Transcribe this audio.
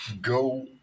go